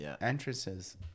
entrances